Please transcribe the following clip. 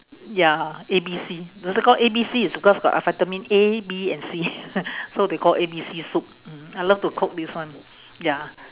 ya A B C is it called A B C is because got vitamin A B and C so they call A B C soup mm I love to cook this one ya